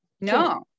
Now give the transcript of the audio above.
No